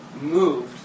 moved